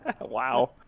Wow